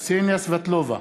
קסניה סבטלובה,